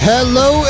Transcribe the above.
Hello